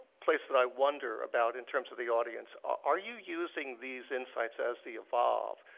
place that i wonder about in terms of the audience are you using these insights, as they evolve,